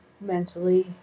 mentally